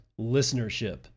listenership